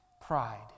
Pride